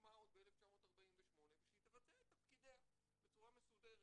שהוקמה עוד ב-1948 ושהיא תבצע את תפקידיה בצורה מסודרת,